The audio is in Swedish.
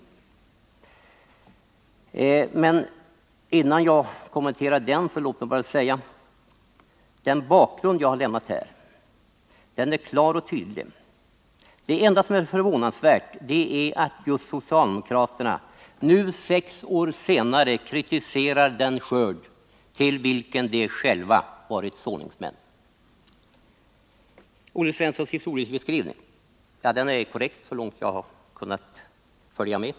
Låt mig innan jag kommenterar den bara säga: Den bakgrund jag har tecknat här är klar och tydlig. Det enda som är förvånansvärt är att just socialdemokraterna nu, sex år senare, kritiserar den skörd till vilken de själva varit såningsmän. Olle Svenssons historieskrivning är korrekt så långt jag har kunnat följa med.